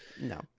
No